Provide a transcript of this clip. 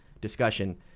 discussion